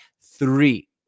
three